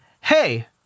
Hey